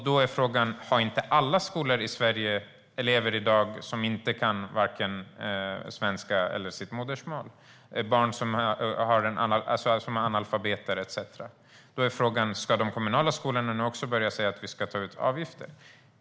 Då är frågan: Har inte alla skolor i Sverige i dag elever som inte kan vare sig svenska eller sitt modersmål, alltså barn som är analfabeter etcetera? Ska då de kommunala skolorna också börja ta ut avgifter?